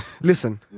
listen